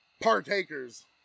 partakers